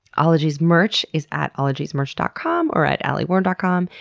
ologies merch is at ologiesmerch dot com or at alieward dot com.